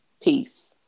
peace